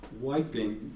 wiping